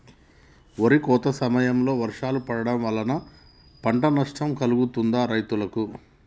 వరి కోత సమయంలో వర్షాలు పడటం వల్ల పంట నష్టం కలుగుతదా రైతులకు?